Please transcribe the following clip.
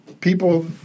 people